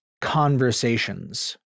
conversations